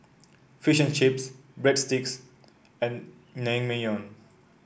Fish and Chips Breadsticks and Naengmyeon